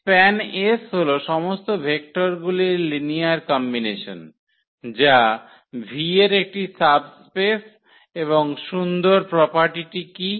SPAN𝑆 হল সমস্ত ভেক্টরগুলির লিনিয়ার কম্বিনেশন যা V এর একটি সাবস্পেস এবং সুন্দর প্রপার্টিটি কী